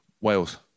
Wales